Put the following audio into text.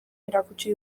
erakutsi